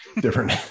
different